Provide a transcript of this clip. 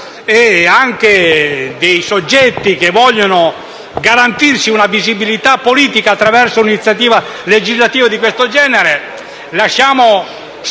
- e di soggetti che vogliono garantirsi una visibilità politica attraverso una iniziativa legislativa di questo genere